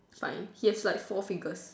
fine he has like four fingers